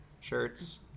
shirts